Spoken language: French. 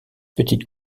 petite